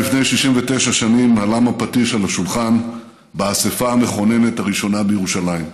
לפני 69 שנים הלם הפטיש על השולחן באספה המכוננת הראשונה בירושלים,